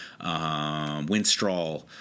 Winstrol